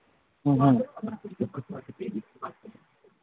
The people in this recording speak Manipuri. ꯎꯝ ꯎꯝ